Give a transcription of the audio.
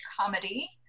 Comedy